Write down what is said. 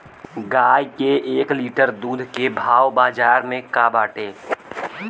गाय के एक लीटर दूध के भाव बाजार में का बाटे?